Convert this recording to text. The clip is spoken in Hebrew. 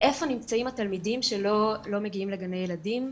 איפה נמצאים התלמידים שלא מגיעים לגני ילדים?